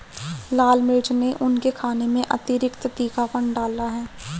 लाल मिर्च ने उनके खाने में अतिरिक्त तीखापन डाला है